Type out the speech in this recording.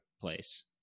place